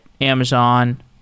Amazon